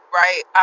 right